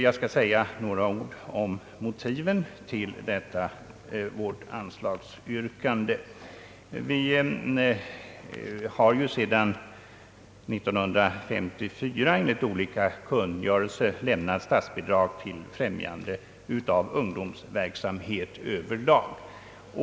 Jag skall säga några ord om motiven till detta vårt anslagsyrkande. Vi har ju sedan år 1954 enligt olika kungörelser lämnat «statsbidrag = till främjande av ungdomsverksamhet över lag.